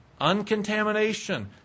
uncontamination